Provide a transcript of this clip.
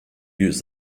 use